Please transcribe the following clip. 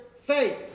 faith